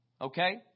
Okay